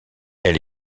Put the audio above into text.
elle